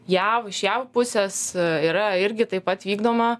jav iš jav pusės yra irgi taip pat vykdoma